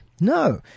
No